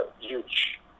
huge